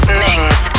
ming's